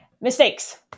mistakes